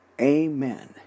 Amen